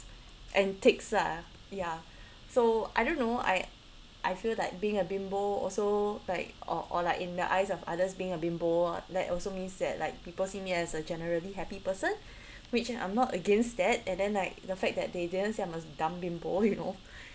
antics lah yeah so I don't know I I feel like being a bimbo also like or or like in the eyes of others being a bimbo that also means that like people see me as a generally happy person which I am not against that and then like the fact that they didn't see I am a dumb bimbo you know